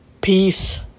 Peace